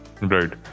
Right